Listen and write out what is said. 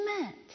meant